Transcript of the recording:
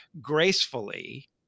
gracefully